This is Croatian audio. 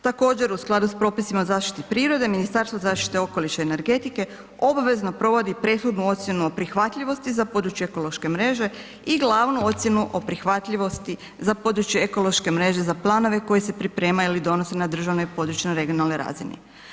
Također u skladu s propisima o zaštiti prirode, Ministarstvo zaštite okoliša i energetike obvezno provodi prethodnu ocjenu o prihvatljivosti za područja ekološke mreže i glavnu ocjenu o prihvatljivosti za područje ekološke mreže za planove koji se pripremaju ili donose na državnoj, područnoj, regionalnoj razini.